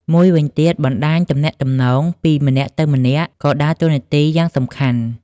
មួយវិញទៀត បណ្ដាញទំនាក់ទំនងពីម្នាក់ទៅម្នាក់ក៏ដើរតួនាទីយ៉ាងសំខាន់។